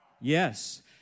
Yes